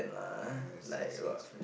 yes he thinks